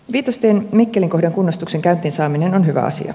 viitostien mikkelin kohdan kunnostuksen käyntiin saaminen on hyvä asia